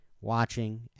watching